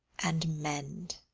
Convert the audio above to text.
and mend.